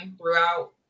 throughout